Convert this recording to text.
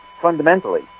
fundamentally